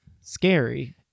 scary